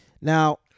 Now